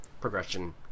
progression